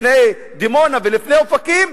לפני דימונה ולפני אופקים,